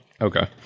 Okay